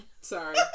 Sorry